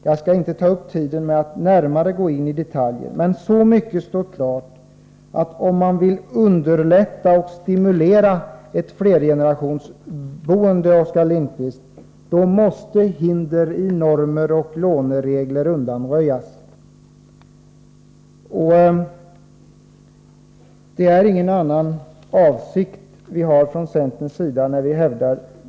Jag skall inte ta upp tiden med att närmare gå in i detaljer. Men så mycket står klart att om man vill underlätta och stimulera ett flergenerationsboende, Oskar Lindkvist, måste hinder i normer och låneregler undanröjas. Det är ingen annan avsikt än denna vi har från centerns sida.